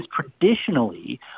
traditionally